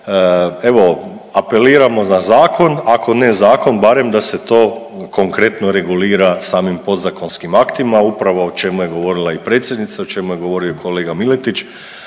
evo apeliramo na zakon ako ne zakon barem da se to konkretno regulira samim podzakonskim aktima upravo o čemu je govorila i predsjednica, o čemu je govorio i kolega Miletić,